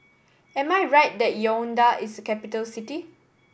am I right that Yaounde is a capital city